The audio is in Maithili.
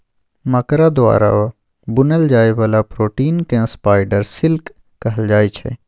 मकरा द्वारा बुनल जाइ बला प्रोटीन केँ स्पाइडर सिल्क कहल जाइ छै